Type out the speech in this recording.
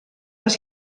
les